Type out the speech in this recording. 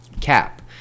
cap